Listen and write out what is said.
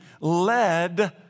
led